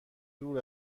دور